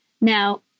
Now